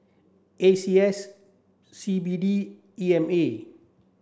A C S C B D E M A